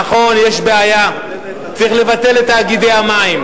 נכון, יש בעיה, צריך לבטל את תאגידי המים,